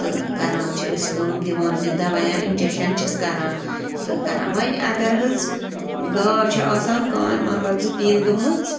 تہٕ کَران چھِ أسۍ کٲم دِوان أمِس دوا یا اِنجَشَن چھِس کَران تہٕ کَران وۄنۍ اَگر حظ گاو چھِ آسان کانٛہہ مطلب زِ پِن گٔمٕژ